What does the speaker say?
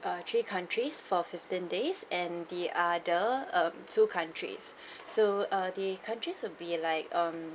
err three countries for fifteen days and the other um two countries so err the countries will be like um